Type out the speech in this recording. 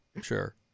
sure